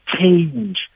change